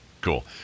Cool